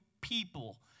people